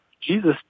Jesus